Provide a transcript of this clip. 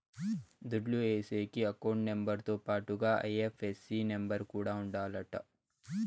దుడ్లు ఏసేకి account number తో పాటుగా ఐ.ఎఫ్.ఎస్.సి నెంబర్ కూడా ఉండాలంట